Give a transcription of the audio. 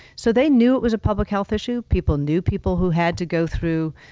so they knew it was a public health issue. people knew people who had to go through,